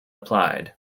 applied